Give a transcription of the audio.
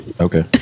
Okay